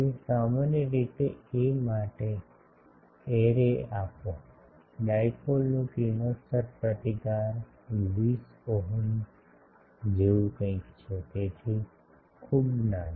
તેથી સામાન્ય રીતે એ માટે એરે આપો ડાઇપોલનું કિરણોત્સર્ગ પ્રતિકાર 20 ઓહ્મ જેવું કંઈક છે તેથી ખૂબ નાનું